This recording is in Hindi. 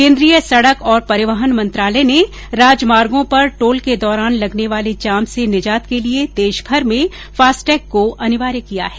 केन्द्रीय सड़क और परिवहन मंत्रालय ने राजमार्गों पर टोल के दौरान लगने वाले जाम से निजात के लिए देशभर में फास्टटेग को अनिवार्य किया है